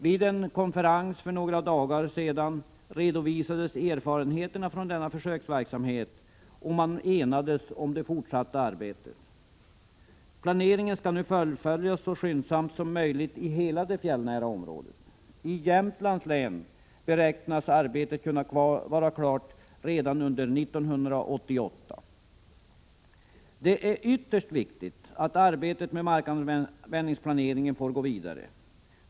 Vid en konferens för några dagar sedan redovisades erfarenheterna från denna försöksverksamhet, och man enades om det fortsatta arbetet. Planeringen skall nu fullföljas så skyndsamt som möjligt i hela det fjällnära området. I Jämtlands län beräknas arbetet kunna vara klart redan under 1988. Det är ytterst viktigt att arbetet med markanvändningsplaneringen får gå vidare.